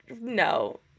no